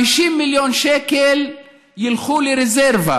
50 מיליון שקל ילכו לרזרבה,